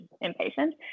impatient